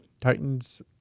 Titans